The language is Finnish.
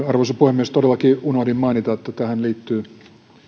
arvoisa puhemies todellakin unohdin mainita että tähän liittyy